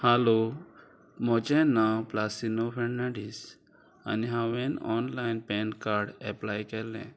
हालो म्होजें नांव प्लासिनो फेनाडीस आनी हांवें ऑनलायन पॅन कार्ड एप्लाय केलें